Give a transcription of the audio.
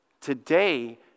Today